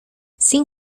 sin